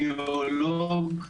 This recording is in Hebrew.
גיאולוג,